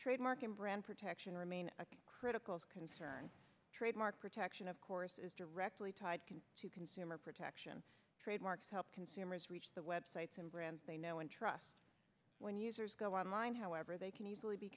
trademark and brand protection remain a critical concern trademark protection of course is directly tied can to consumer protection trademarks help consumers reach the websites and brands they know and trust when users go online however they can easily be